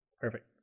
Perfect